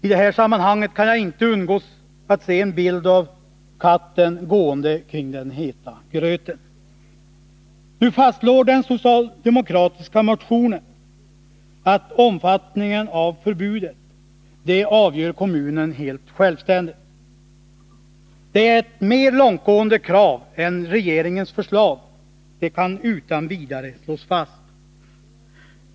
I det här sammanhanget kan jag inte undgå attse mark en bild av katten gående kring den heta gröten. Nu fastslår den socialdemokratiska motionen att kommunen helt självständigt bör få avgöra omfattningen av förbudet. Det är ett mer långtgående krav än regeringens förslag, det kan utan vidare slås fast.